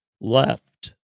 left